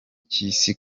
cy’isi